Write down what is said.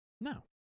No